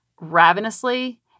ravenously